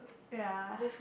ya